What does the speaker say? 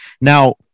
Now